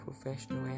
professional